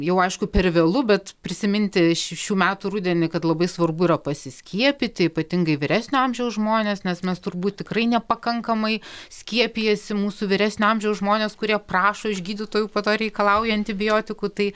jau aišku per vėlu bet prisiminti š šių metų rudenį kad labai svarbu yra pasiskiepyti ypatingai vyresnio amžiaus žmones nes mes turbūt tikrai nepakankamai skiepijasi mūsų vyresnio amžiaus žmonės kurie prašo iš gydytojų po to reikalauja antibiotikų tai